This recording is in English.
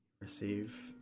Receive